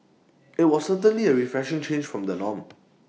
IT was certainly A refreshing change from the norm